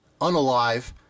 unalive